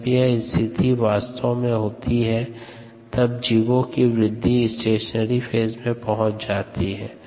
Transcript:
जब यह स्थिति वास्तव में होती है तब जीवों की वृद्धि स्टेशनरी फेज में पहुंच जाती थी